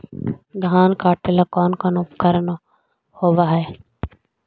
धान काटेला कौन कौन उपकरण होव हइ?